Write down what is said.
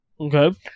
Okay